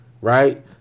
right